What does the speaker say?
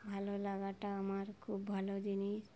ভালো লাগাটা আমার খুব ভালো জিনিস